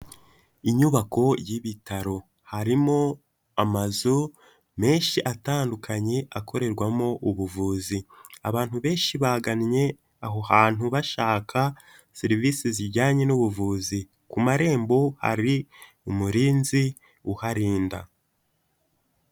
Inyubako y'ibitaro harimo amazu menshi atandukanye akorerwamo ubuvuzi, abantu benshi bagannye aho hantu bashaka serivisi zijyanye n'ubuvuzi, ku marembo hari umurinzi uharinda.